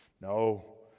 No